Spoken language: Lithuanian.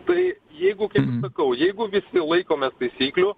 tai jeigu kaip sakau jeigu visi laikomės taisyklių